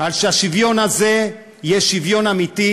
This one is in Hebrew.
על שהשוויון הזה יהיה שוויון אמיתי,